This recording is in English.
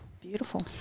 beautiful